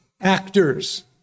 actors